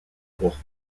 pour